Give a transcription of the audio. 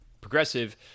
progressive